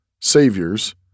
Saviors